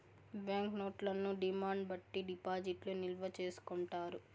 bank నోట్లను demand బట్టి డిపాజిట్లు నిల్వ చేసుకుంటారు